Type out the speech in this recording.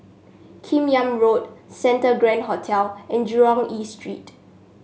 Kim Yam Road Santa Grand Hotel and Jurong East Street